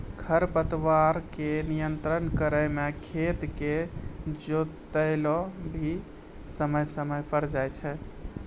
खरपतवार के नियंत्रण करै मे खेत के जोतैलो भी समय समय पर जाय छै